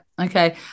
Okay